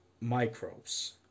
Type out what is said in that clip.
microbes